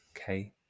Okay